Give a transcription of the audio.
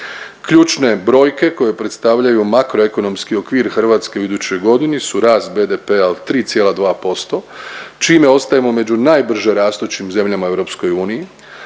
Ključne brojke koje predstavljaju makro ekonomski okvir Hrvatske u idućoj godini su rast BDP-a od 3,2% čime ostajemo među najbrže rastućim zemljama u EU.